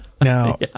now